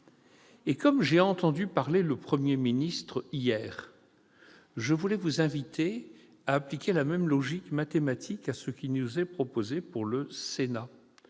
Ayant entendu parler le Premier ministre hier, je voudrais vous inviter à appliquer la même logique mathématique à ce qui nous est proposé pour le Sénat.